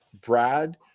Brad